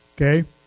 Okay